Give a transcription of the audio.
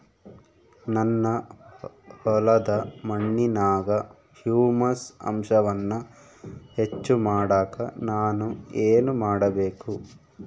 ನನ್ನ ಹೊಲದ ಮಣ್ಣಿನಾಗ ಹ್ಯೂಮಸ್ ಅಂಶವನ್ನ ಹೆಚ್ಚು ಮಾಡಾಕ ನಾನು ಏನು ಮಾಡಬೇಕು?